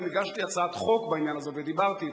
גם הגשתי הצעת החוק בעניין ודיברתי אתך,